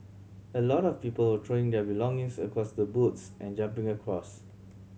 a lot of people were throwing their belongings across the boats and jumping across